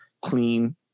clean